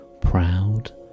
proud